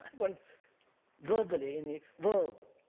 um and verbally, in the verb,